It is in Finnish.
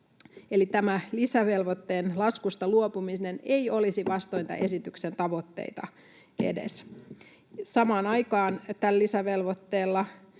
Eli tämä lisävelvoitteen laskusta luopuminen ei olisi edes vastoin tämän esityksen tavoitteita. Samaan aikaan tällä lisävelvoitteella